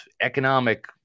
economic